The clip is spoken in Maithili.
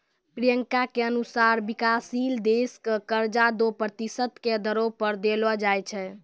प्रियंका के अनुसार विकाशशील देश क कर्जा दो प्रतिशत के दरो पर देलो जाय छै